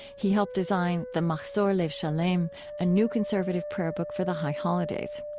he helped design the mahzor lev shalem, a new conservative prayer book for the high holidays.